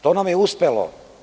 To nam je uspelo.